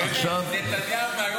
תגיד, הוא עושה צחוק?